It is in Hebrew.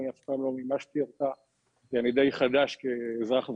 אני אף פעם לא מימשתי אותה כי אני די חדש כאזרח ותיק,